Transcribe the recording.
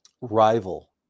rival